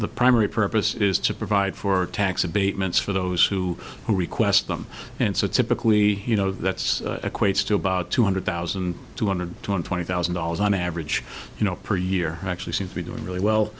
the primary purpose is to provide for tax abatements for those who who request them and so typically you know that's equates to about two hundred thousand two hundred two hundred twenty thousand dollars on average you know per year actually seem to be doing really well